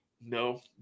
no